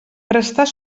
prestar